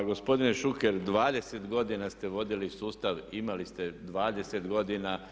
Pa gospodine Šuker, 20 godina ste vodili sustav, imali ste 20 godina.